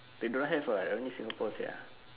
they don't have [what] only singapore sia